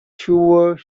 toward